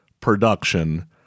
production